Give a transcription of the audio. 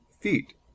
Feet